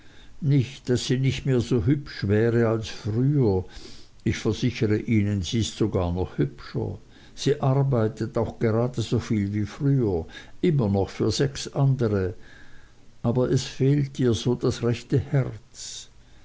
nicht daß sie nicht mehr so hübsch wäre als früher ich versichere ihnen sie ist sogar noch hübscher sie arbeitet auch grade so viel wie früher immer noch für sechs andere aber es fehlt ihr so das rechte herz